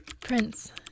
Prince